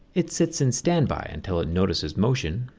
it sits in standby until it notices motion,